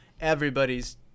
Everybody's